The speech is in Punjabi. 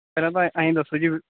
ਪਹਿਲਾਂ ਤਾਂ ਐਂ ਦੱਸੋ ਜੀ